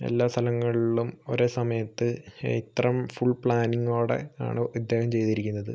എല്ലാ സ്ഥലങ്ങളിലും ഒരേ സമയത്തു ഇത്രേം ഫുൾ പ്ലാനിങ്ങോടെ ആണ് ഇദ്ദേഹം ചെയ്തിരിക്കുന്നത്